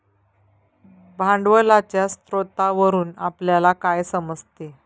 भांडवलाच्या स्रोतावरून आपल्याला काय समजते?